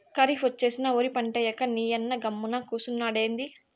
కరీఫ్ ఒచ్చేసినా ఒరి పంటేయ్యక నీయన్న గమ్మున కూసున్నాడెంది